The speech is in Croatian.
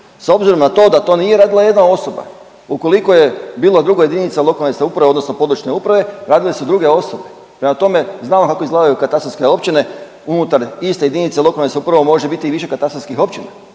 S obzirom na to da to nije radila jedna osoba, ukoliko je bilo drugo jedinice lokalne samouprave odnosno područne uprave, radile su druge osobe. Prema tome, znamo kako izgledaju katarske općine unutar iste jedinice lokalne samouprave može biti i više katastarskih općina,